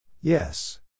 Yes